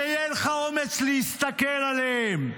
שיהיה לך אומץ להסתכל עליהן.